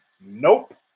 Nope